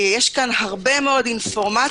יש כאן הרבה מאוד אינפורמציה.